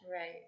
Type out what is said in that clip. Right